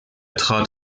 trat